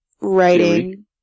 writing